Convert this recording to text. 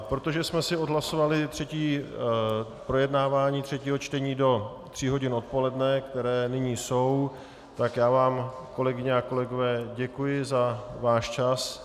Protože jsme si odhlasovali projednávání třetího čtení do tří hodin odpoledne, které nyní jsou, tak já vám, kolegyně a kolegové, děkuji za váš čas.